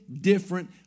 different